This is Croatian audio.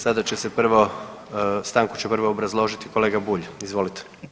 Sada će se prvo, stanku će prvo obrazložiti kolega Bulj, izvolite.